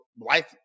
life